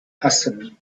hassan